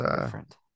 different